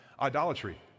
idolatry